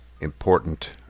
important